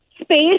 space